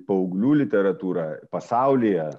paauglių literatūrą pasaulyje